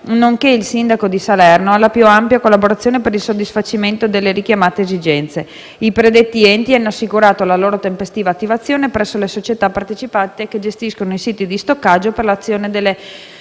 nonché al sindaco di Salerno, alla più ampia collaborazione per il soddisfacimento delle richiamate esigenze. I predetti enti hanno assicurato la loro tempestiva attivazione presso le società partecipate che gestiscono i siti di stoccaggio per l'adozione delle